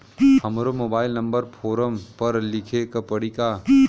हमरो mobile number form पर लिखे के पड़ी का?